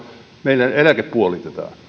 meidän eläke puolitetaan